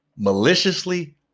maliciously